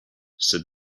said